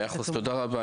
תודה רבה,